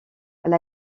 elle